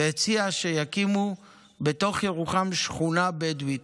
והציע שיקימו בתוך ירוחם שכונה בדואית.